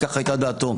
וכך הייתה דעתו.